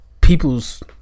people's